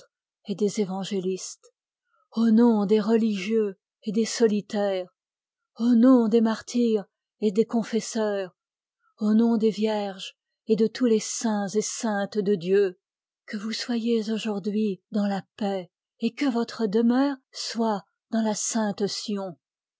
et des évangélistes au nom des religieux et des solitaires au nom des martyrs et des confesseurs au nom des vierges et de tous les saints et saintes de dieu que vous soyez aujourd'hui dans la paix et que votre demeure soit dans la sainte sion